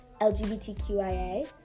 LGBTQIA